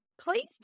please